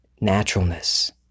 naturalness